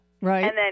right